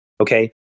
Okay